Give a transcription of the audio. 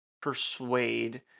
persuade